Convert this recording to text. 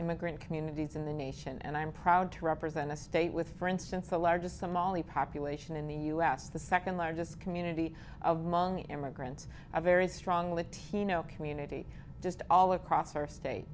immigrant communities in the nation and i'm proud to represent a state with for instance the largest somali population in the u s the second largest community of among immigrants a very strong latino community just all across our state